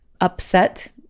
upset